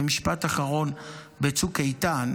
ומשפט אחרון: בצוק איתן